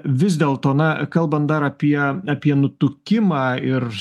vis dėlto na kalbant dar apie apie nutukimą ir